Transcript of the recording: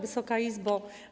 Wysoka Izbo!